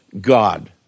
God